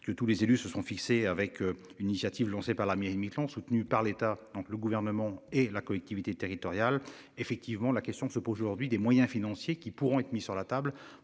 que tous les élus se sont fixés avec une initiative lancée par la mienne Miquelon soutenu par l'État, donc le gouvernement et la collectivité territoriale. Effectivement, la question se pose aujourd'hui des moyens financiers qui pourront être mis sur la table